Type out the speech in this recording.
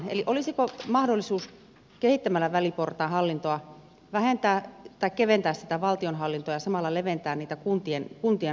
eli olisiko mahdollisuus kehittämällä väliportaan hallintoa keventää sitä valtionhallintoa ja samalla leventää niitä kuntien hartioita